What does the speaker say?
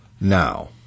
now